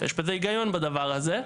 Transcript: יש בזה היגיון בדבר הזה.